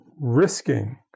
risking